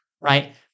right